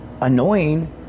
annoying